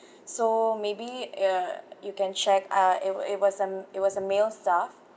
so maybe uh you can check uh it wa~ it was a it was a male staff